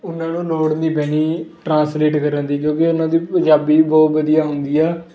ਉਹਨਾਂ ਨੂੰ ਲੋੜ ਨਹੀਂ ਪੈਣੀ ਟਰਾਂਸਲੇਟ ਕਰਨ ਦੀ ਕਿਉਂਕਿ ਉਹਨਾਂ ਦੀ ਪੰਜਾਬੀ ਬਹੁਤ ਵਧੀਆ ਹੁੰਦੀ ਆ